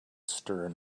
stern